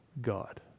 God